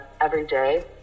everyday